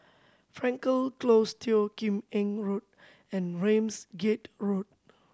Frankel Close Teo Kim Eng Road and Ramsgate Road